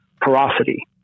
porosity